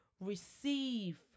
receive